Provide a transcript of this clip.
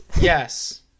Yes